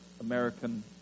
American